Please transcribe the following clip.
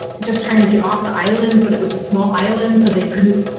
just trying to get off the island, but it was a small island so they couldn't.